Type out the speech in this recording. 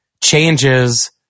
changes